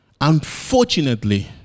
unfortunately